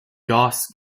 gauss